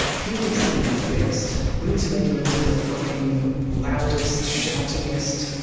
he needs to be fixed. we need to make him into the fucking loudest, shouting-ist,